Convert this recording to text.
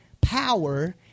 power